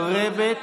ממתי ממשלה מתערבת